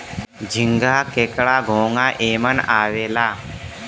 झींगा, केकड़ा, घोंगा एमन आवेला